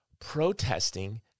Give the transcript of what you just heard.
protesting